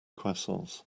croissants